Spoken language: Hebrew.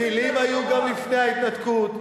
טילים היו גם לפני ההתנתקות,